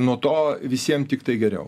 nuo to visiem tiktai geriau